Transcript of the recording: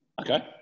Okay